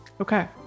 Okay